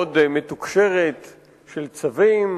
מאוד מתוקשרת של צווים,